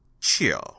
chill